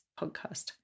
podcast